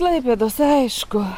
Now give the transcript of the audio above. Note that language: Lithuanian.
klaipėdos aišku